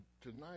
tonight